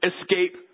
escape